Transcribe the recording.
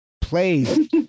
plays